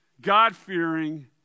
god-fearing